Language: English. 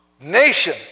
nation